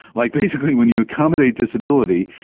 like basically when you accommodate disability,